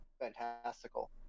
fantastical